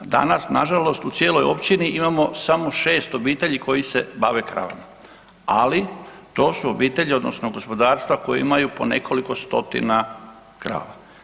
Danas nažalost u cijeloj općini imamo samo 6 obitelji koji se bave kravama, ali to su obitelji odnosno gospodarstva koja imaju po nekoliko stotina krava.